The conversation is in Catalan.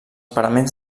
paraments